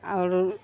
आओरो